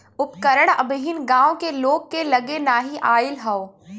उपकरण अबहिन गांव के लोग के लगे नाहि आईल हौ